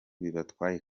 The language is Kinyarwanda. bibatwaye